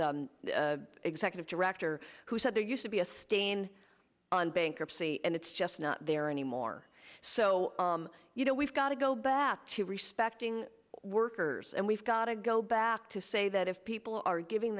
executive director who said there used to be a stain on bankruptcy and it's just not there anymore so you know we've got to go back to respecting workers and we've got to go back to say that if people are giving